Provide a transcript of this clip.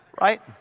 Right